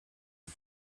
and